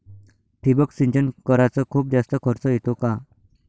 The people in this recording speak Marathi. ठिबक सिंचन कराच खूप जास्त खर्च येतो का?